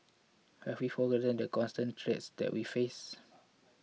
have we forgotten the constant threats that we face